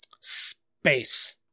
Space